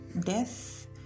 death